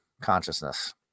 consciousness